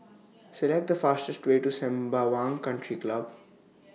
Select The fastest Way to Sembawang Country Club